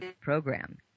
program